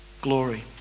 Glory